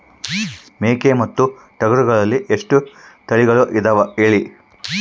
ಮೇಕೆ ಮತ್ತು ಟಗರುಗಳಲ್ಲಿ ಎಷ್ಟು ತಳಿಗಳು ಇದಾವ ಹೇಳಿ?